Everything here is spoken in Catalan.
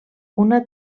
una